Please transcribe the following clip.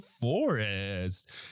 forest